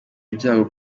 ibyago